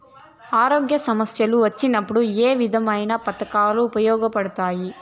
ఆరోగ్య సమస్యలు వచ్చినప్పుడు ఏ విధమైన పథకాలు ఉపయోగపడతాయి